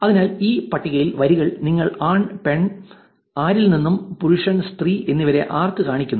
അതിനാൽ ഈ പട്ടികയിൽ വരികൾ നിങ്ങളെ ആൺ പെൺ ആരിൽ നിന്നും പുരുഷൻ സ്ത്രീ എന്നിവരെ ആർക്കും കാണിക്കുന്നു